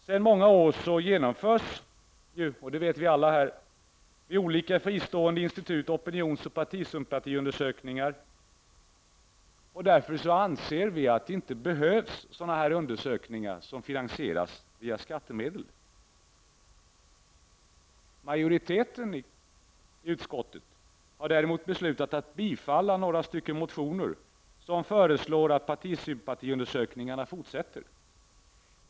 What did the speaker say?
Vi vet ju alla att det sedan många år i olika fristående institut genomförs opinionsoch partisympatiundersökningar. Vi anser därför att det inte finns behov av att finansiera sådana undersökningar via skattemedel. Majoriteten i utskottet har däremot beslutat att bifalla några motioner som föreslår att partisympatiundersökningarna fortsätter.